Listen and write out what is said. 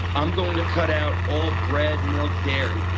i'm going to cut out all bread, milk, dairy.